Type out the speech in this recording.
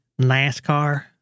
NASCAR